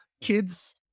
kids